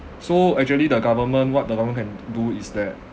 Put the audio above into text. so actually the government what the government can do is that